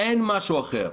אין משהו אחר.